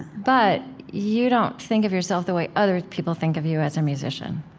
but you don't think of yourself the way other people think of you as a musician